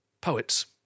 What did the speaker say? poets